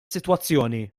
sitwazzjoni